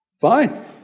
fine